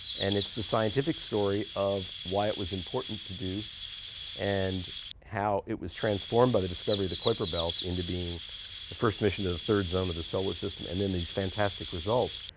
and it's the scientific story of why it was important to do and how it was transformed by the discovery of the kuiper belt into being the first mission to the third zone of the solar system, and then these fantastic results.